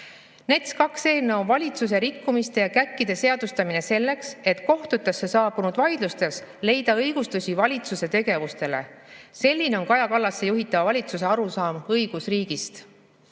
eelnõu on valitsuse rikkumiste ja käkkide seadustamine selleks, et kohtutesse saabunud vaidlustes leida õigustusi valitsuse tegevusele. Selline on Kaja Kallase juhitava valitsuse arusaam õigusriigist. Kõnealuse